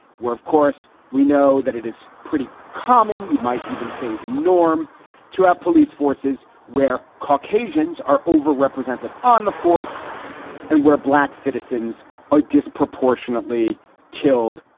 where, of course, we know that it is pretty common. you might even say the norm to have police forces where caucasians are overrepresented on the force and where black citizens are disproportionately killed,